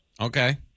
Okay